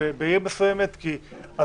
אבל